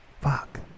Fuck